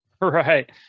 Right